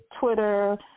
Twitter